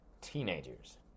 teenagers